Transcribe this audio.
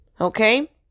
Okay